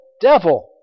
devil